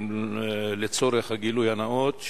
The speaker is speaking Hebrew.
לצורך הגילוי הנאות,